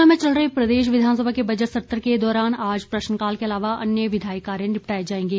शिमला में चल रहे प्रदेश विधानसभा के बजट सत्र के दौरान आज प्रश्नकाल के अलावा अन्य विधायी कार्य निपटाए जाएंगे